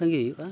ᱛᱟᱸᱜᱤ ᱦᱩᱭᱩᱜᱼᱟ